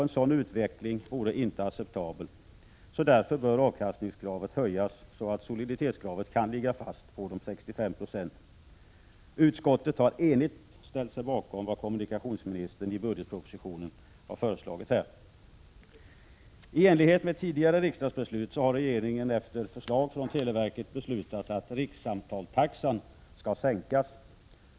En sådan utveckling vore inte acceptabel. Därför bör avkastningskravet höjas, så att soliditetskravet kan ligga fast på 65 96. Utskottet har enigt ställt sig bakom vad kommunikationsministern i budgetpropositionen här har föreslagit. I enlighet med tidigare riksdagsbeslut har regeringen efter förslag från televerket beslutat att rikssamtalstaxan skall sänkas.